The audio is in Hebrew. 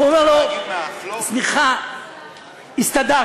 והוא אומר לו: סליחה, הסתדרנו.